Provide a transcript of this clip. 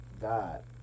God